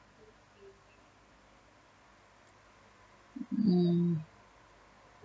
mm